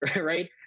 right